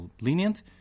lenient